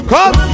Come